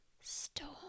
Storm